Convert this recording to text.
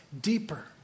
deeper